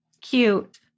Cute